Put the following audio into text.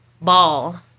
ball